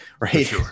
Right